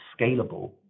scalable